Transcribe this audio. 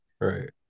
Right